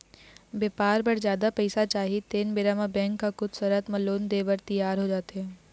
बेपार बर जादा पइसा चाही तेन बेरा म बेंक ह कुछ सरत म लोन देय बर तियार हो जाथे